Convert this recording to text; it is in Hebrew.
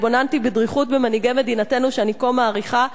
התבוננתי בדריכות במנהיגי מדינתנו שאני כה מעריכה,